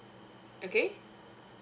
okay